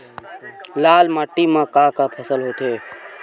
लाल माटी म का का फसल होथे?